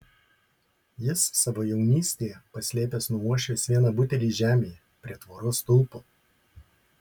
jis savo jaunystėje paslėpęs nuo uošvės vieną butelį žemėje prie tvoros stulpo